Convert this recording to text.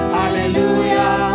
hallelujah